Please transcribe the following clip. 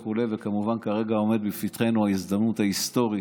וכו' וכמובן כרגע עומדת בפתחנו ההזדמנות ההיסטורית,